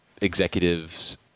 executives